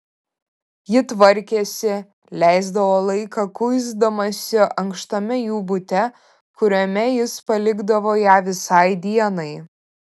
ji tvarkėsi leisdavo laiką kuisdamasi ankštame jų bute kuriame jis palikdavo ją visai dienai